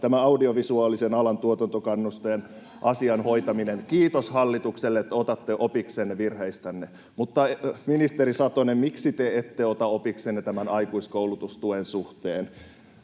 tämä audiovisuaalisen alan tuotantokannuste ‑asian hoitaminen — kiitos hallitukselle, että otatte opiksenne virheistänne. Mutta, ministeri Satonen, miksi te ette ota opiksenne tämän aikuiskoulutustuen suhteen?